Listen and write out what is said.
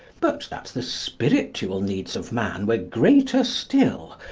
but that the spiritual needs of man were greater still,